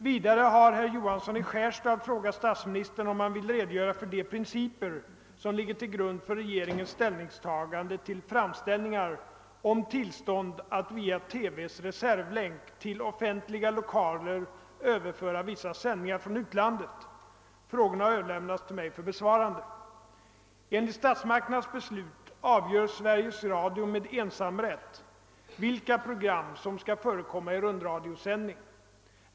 Vidare har herr Johansson i Skärstad frågat statsministern, om han vill redogöra för de principer som ligger till grund för regeringens ställningstagande till framställningar om tillstånd att via TV:s reservlänk till offentliga lokaler överföra vissa sändningar från utlandet. Frågorna har överlämnats till mig för besvarande. Enligt statsmakternas beslut avgör Sveriges Radio med ensamrätt vilka program som skall förekomma i rundradiosändningar.